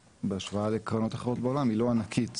בהשוואה לקרנות אחרות בעולם, היא לא ענקית,